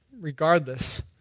Regardless